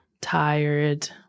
tired